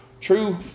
True